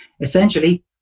Essentially